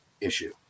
issue